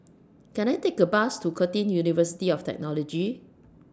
Can I Take A Bus to Curtin University of Technology